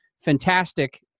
fantastic